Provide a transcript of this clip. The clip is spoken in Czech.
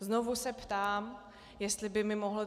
Znovu se ptám, jestli by mi mohl